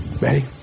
Ready